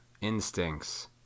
instincts